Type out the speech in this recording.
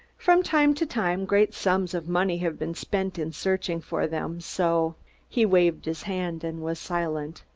from time to time great sums of money have been spent in searching for them, so he waved his hand and was silent.